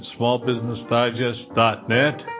smallbusinessdigest.net